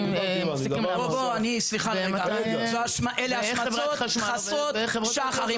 הם מפסיקים ואיך חברות אחרות --- אלה השמצות חסרות שחר.